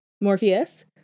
Morpheus